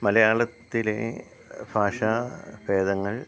മലയാളത്തിലെ ഭാഷ ഭേദങ്ങൾ